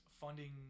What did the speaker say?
funding